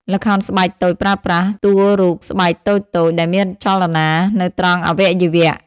ល្ខោនស្បែកតូចប្រើប្រាស់ តួរូបស្បែកតូចៗ ដែលមានចលនា នៅត្រង់អវយវៈ។